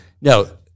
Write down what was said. no